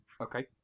Okay